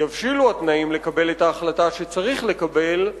"יבשילו התנאים לקבל את ההחלטה" שצריך לקבל,